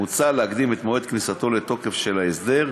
מוצע להקדים את מועד כניסתו לתוקף של ההסדר,